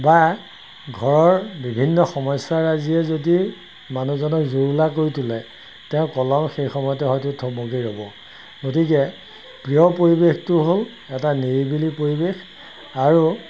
বা ঘৰৰ বিভিন্ন সমস্যাৰাজীয়ে যদি মানুহজনক জুৰুলা কৰি তোলে তেওঁৰ কলম সেই সময়তে হয়তো থমকি ৰ'ব গতিকে প্ৰিয় পৰিৱেশটো হ'ল এটা নিৰিবিলি পৰিৱেশ আৰু